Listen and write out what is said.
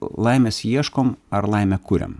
laimės ieškom ar laimę kuriam